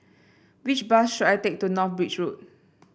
which bus should I take to North Bridge Road